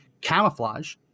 camouflage